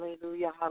hallelujah